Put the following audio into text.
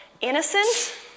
innocent